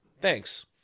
Thanks